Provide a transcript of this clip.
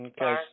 Okay